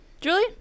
Julie